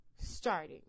starting